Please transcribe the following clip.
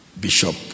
Bishop